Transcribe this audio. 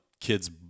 kids